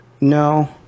No